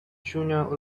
junior